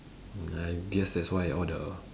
I guess that's why all the